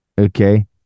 Okay